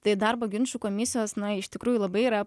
tai darbo ginčų komisijos na iš tikrųjų labai yra